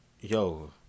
yo